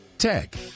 Tech